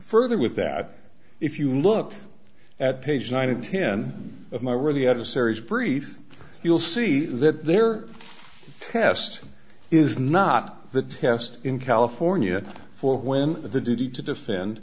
further with that if you look at page nine of ten of my really other series brief you'll see that their test is not the test in california for when the duty to defend